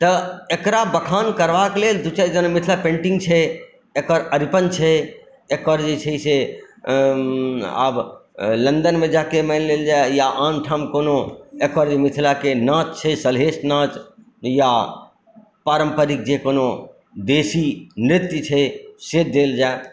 तऽ एकरा बखान करबाक लेल दू चारि जेना मिथिला पैन्टिंग छै एकर अरिपन छै एकर जे छै से आब लन्दनमे जा कऽ मानि लेल जाय या आन ठाम कोनो एकर मिथिलाके नाच छै सल्हेस नाच या पारम्परिक जे कोनो देशी नृत्य छै से देल जाय